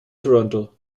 toronto